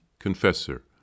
Confessor